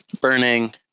burning